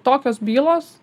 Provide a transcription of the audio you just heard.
tokios bylos